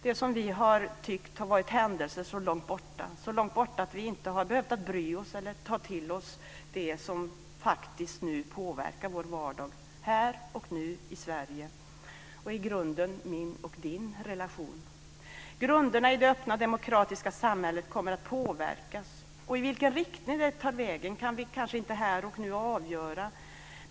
Det som vi har tyckt vara händelser så långt borta, så långt borta att vi inte har behövt bry oss eller ta dem till oss påverkar faktiskt vår vardag här och nu i Sverige och i grunden din och min relation. Grunderna i det öppna demokratiska samhället kommer att påverkas, i vilken riktning kan vi kanske inte här och nu avgöra.